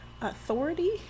authority